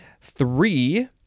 Three